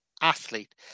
athlete